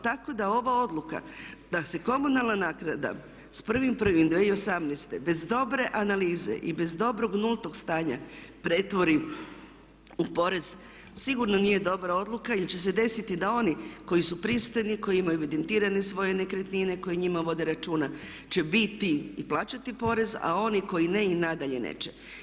Tako da ova odluka da se komunalna naknada s 1.1.2018. bez dobre analize i bez dobrog nultog stanja pretvori u porez sigurno nije dobra odluka jel će se desiti da oni koji su pristojni, koji imaju evidentirane svoje nekretnine, koji o njima vode računa će biti i plaćati porez, a oni koji ne i nadalje neće.